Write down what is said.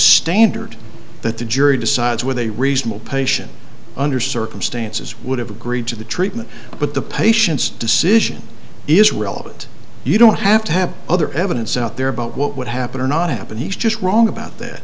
standard that the jury decides with a reasonable patient under circumstances would have agreed to the treatment but the patient's decision is relevant you don't have to have other evidence out there about what would happen or not happen is just wrong about that